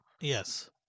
Yes